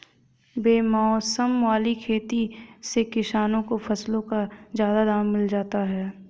बेमौसम वाली खेती से किसानों को फसलों का ज्यादा दाम मिल जाता है